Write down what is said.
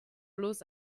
bloß